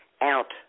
out